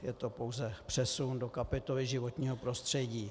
Je to pouze přesun do kapitoly životního prostředí.